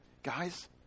Guys